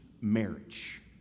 marriage